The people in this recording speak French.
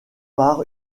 par